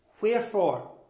wherefore